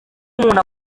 umuntu